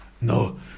no